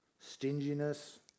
Stinginess